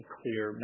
clear